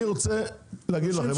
אני רוצה להגיד לכם,